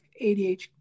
ADHD